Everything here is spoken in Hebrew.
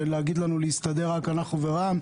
ולהגיד לנו להסתדר רק אנחנו ורע"מ.